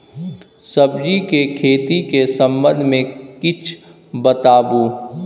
सब्जी के खेती के संबंध मे किछ बताबू?